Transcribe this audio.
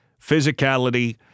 physicality